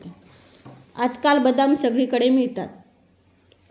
आजकाल बदाम सगळीकडे मिळतात